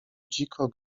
dziko